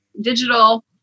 digital